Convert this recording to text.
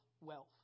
wealth